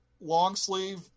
long-sleeve